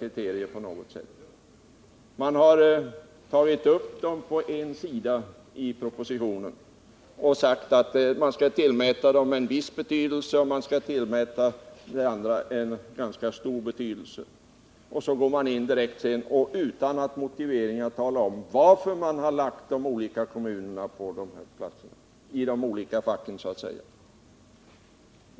De har tagits upp på en sida, och man har sagt att de skall tillmätas viss betydelse och att det andra skall tillmätas ganska stor betydelse. Men man motiverar inte varför man lagt de olika kommunerna i dessa olika fack, så att säga.